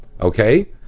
Okay